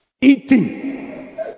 Eating